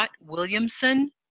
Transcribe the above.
Williamson